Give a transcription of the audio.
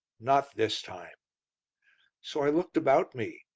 not this time so i looked about me,